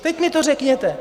Teď mi to řekněte!